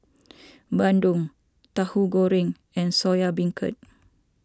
Bandung Tauhu Goreng and Soya Beancurd